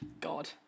God